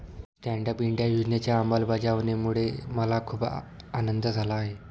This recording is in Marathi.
स्टँड अप इंडिया योजनेच्या अंमलबजावणीमुळे मला खूप आनंद झाला आहे